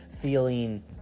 feeling